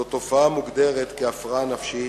זו תופעה שמוגדרת כהפרעה נפשית,